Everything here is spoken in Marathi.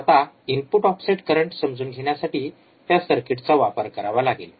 तर आता इनपुट ऑफसेट करंट समजून घेण्यासाठी त्या सर्किटचा वापर करावा लागेल